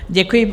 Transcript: Děkuji.